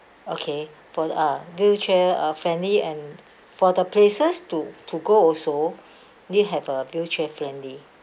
okay for uh wheelchair uh friendly and for the places to to go also they have a wheelchair friendly